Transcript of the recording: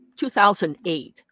2008